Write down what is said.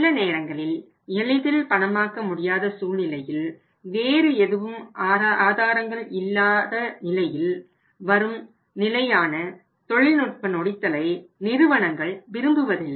சில நேரங்களில் எளிதில் பணமாக்க முடியாத சூழ்நிலையில் வேற எதுவும் ஆதாரங்கள் இல்லாத நிலையில் வரும் நிலையான தொழில்நுட்ப நொடித்தலை நிறுவனங்கள் விரும்புவதில்லை